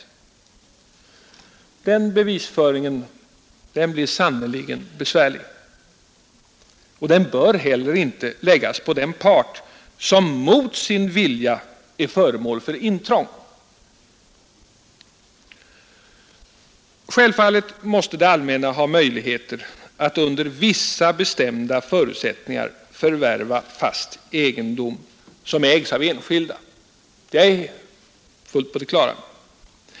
Den bevisföringen blir sannerligen besvärlig. Den bör heller inte läggas på den part som mot sin vilja är föremål för intrång. Självfallet måste det allmänna ha möjligheter att under vissa bestämda förutsättningar förvärva fast egendom som ägs av enskilda.